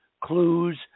clues